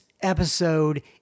episode